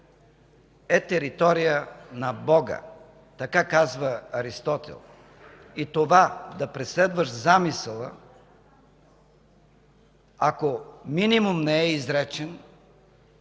е територия на Бога – така казва Аристотел. И това – да преследваш замисъла, ако минимум не е изречен,